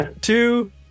two